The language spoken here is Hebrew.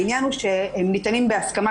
העניין הוא שהם ניתנים בהסכמה,